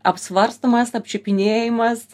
apsvarstomas apčiupinėjamas